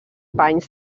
panys